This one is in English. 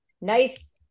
Nice